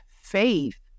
faith